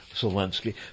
Zelensky